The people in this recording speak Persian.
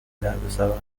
دردسرا